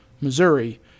Missouri